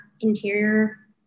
interior